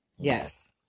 yes